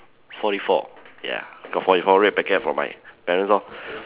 forty four ya I got forty four red packets from my parents lor